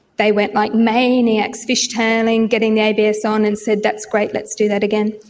they went like maniacs, fishtailing, getting the abs on, and said that's great, let's do that again'.